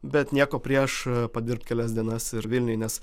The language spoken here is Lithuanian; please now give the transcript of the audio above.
bet nieko prieš padirbt kelias dienas vilniuj nes